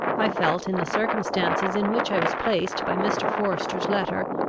i felt, in the circumstances in which i was placed by mr. forester's letter,